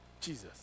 Jesus